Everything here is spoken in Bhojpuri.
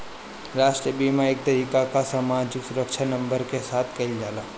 राष्ट्रीय बीमा एक तरीके कअ सामाजिक सुरक्षा नंबर के साथ कइल जाला